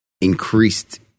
increased